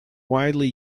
widely